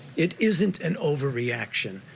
it isn't an overreaction.